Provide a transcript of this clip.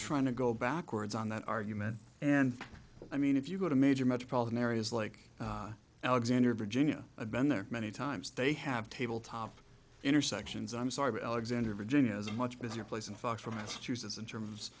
trying to go backwards on that argument and i mean if you go to major metropolitan areas like alexandria virginia i've been there many times they have tabletop intersections i'm sorry but alexandria virginia as much as your place in foxboro massachusetts in terms